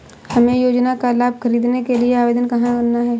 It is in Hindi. हमें योजना का लाभ ख़रीदने के लिए आवेदन कहाँ करना है?